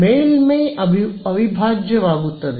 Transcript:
ಮೇಲ್ಮೈ ಅವಿಭಾಜ್ಯವಾಗುತ್ತದೆ